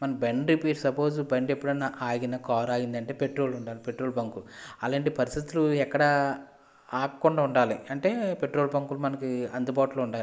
మన బండి repair suppose బండి ఎప్పుడైనా ఆగిన కారు ఆగిందంటే పెట్రోల్ ఉండాలి పెట్రోల్ బంకు అలాంటి పరిస్థితులు ఎక్కడ ఆగకుండా ఉండాలి అంటే పెట్రోల్ బంకులు మనకు అందుబాటులో ఉండాలి